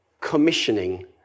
commissioning